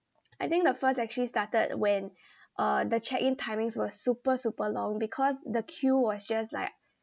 I think the first actually started when uh the check in timings was super super long because the queue was just like